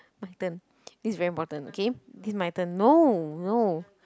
my turn this is very important okay this is my turn no no